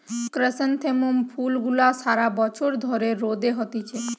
chrysanthemum ফুল গুলা সারা বছর ধরে রোদে হতিছে